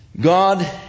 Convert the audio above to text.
God